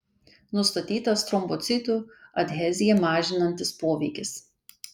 nustatytas trombocitų adheziją mažinantis poveikis